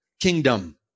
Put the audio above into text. kingdom